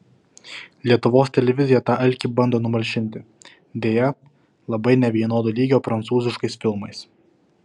lietuvos televizija tą alkį bando numalšinti deja labai nevienodo lygio prancūziškais filmais